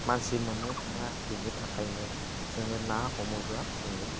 मानसि मोननो थाङा बिनि थाखायनो जोङो ना हमोब्ला जोङो